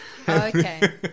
Okay